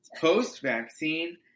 post-vaccine